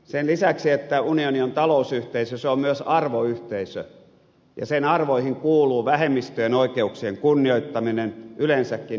sen lisäksi että unioni on talousyhteisö se on myös arvoyhteisö ja sen arvoihin kuuluu vähemmistöjen oikeuksien kunnioittaminen yleensäkin ihmisoikeuksien kunnioittaminen